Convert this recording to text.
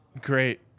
great